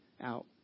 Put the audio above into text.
out